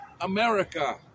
America